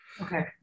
Okay